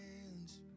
hands